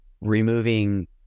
removing